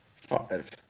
Five